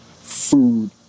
food